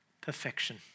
Perfection